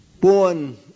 born